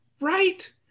Right